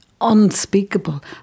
unspeakable